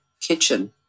kitchen